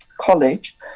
college